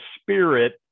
spirit